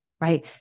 right